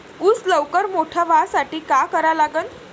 ऊस लवकर मोठा व्हासाठी का करा लागन?